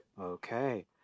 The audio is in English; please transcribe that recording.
Okay